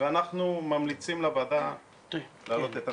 ואנחנו ממליצים לוועדה להעלות את הנושא.